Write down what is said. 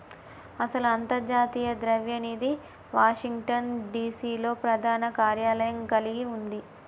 అసలు అంతర్జాతీయ ద్రవ్య నిధి వాషింగ్టన్ డిసి లో ప్రధాన కార్యాలయం కలిగి ఉంది